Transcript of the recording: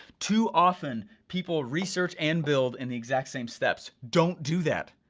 too often people research and build in the exact same steps. don't do that.